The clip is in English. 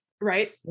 Right